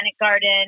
garden